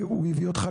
הוא הביא אותך,